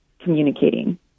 communicating